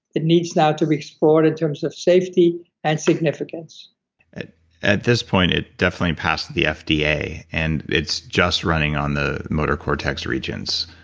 it needs now to be explored in terms of safety and significance at at this point, it definitely passed the fda, and it's just running on the motor cortex regions,